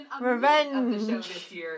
Revenge